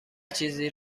چیزی